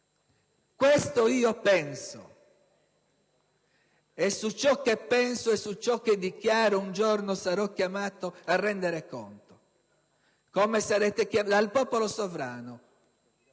quello che penso, e su ciò che penso e su ciò che dichiaro un giorno sarò chiamato a rendere conto, come lo sarete voi, al popolo sovrano.